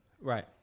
Right